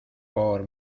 por